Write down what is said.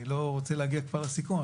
אני לא רוצה להגיע כבר לסיכום,